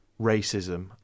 racism